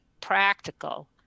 practical